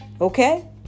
Okay